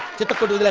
difficult to